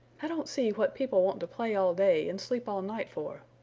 i don't see what people want to play all day and sleep all night for,